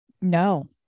No